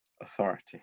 authority